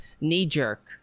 knee-jerk